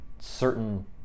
certain